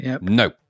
No